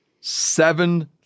seven